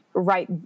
right